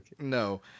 No